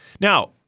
Now